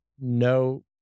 no